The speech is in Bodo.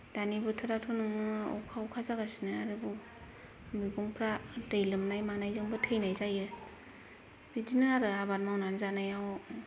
दानि बोथोराथ' नोङो अखा अखा जागासिनो आरो मैगंफ्रा दै लोमनाय मानायजोंबो थैनाय जायो बिदिनो आरो आबाद मावनानै जानायाव